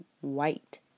white